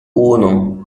uno